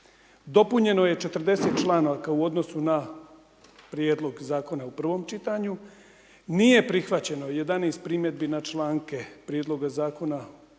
dopunjeno je 40 članaka u odnosu na prijedlog zakona u prvom čitanju, nije prihvaćeno 11 primjedbi na članke prijedloga zakona